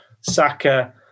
Saka